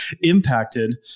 impacted